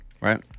right